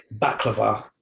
baklava